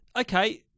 okay